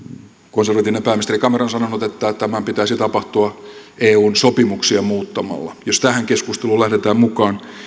konservatiivinen pääministeri cameron on sanonut että tämän pitäisi tapahtua eun sopimuksia muuttamalla jos tähän keskusteluun lähdetään mukaan